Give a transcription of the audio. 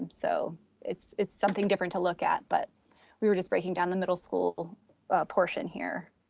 so it's it's something different to look at, but we were just breaking down the middle school portion here,